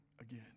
again